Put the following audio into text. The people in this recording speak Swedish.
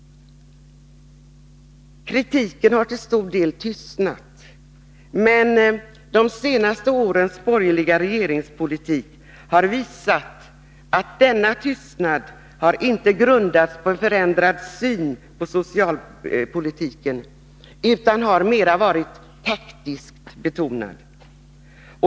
Kritiken har till stor del tystnat. Men de senaste årens borgerliga regeringspolitik har visat att denna tystnad inte grundat sig på en förändrad syn på socialpolitiken, utan att den mera har varit taktiskt betonad.